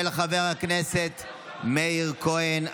של חבר הכנסת מאיר כהן.